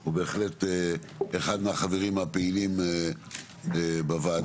הוא בהחלט אחד מהחברים הפעילים בוועדה,